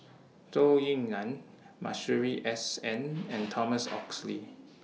Zhou Ying NAN Masuri S N and Thomas Oxley